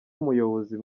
umuyobozi